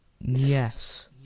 Yes